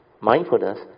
mindfulness